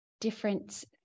different